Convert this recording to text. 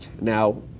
Now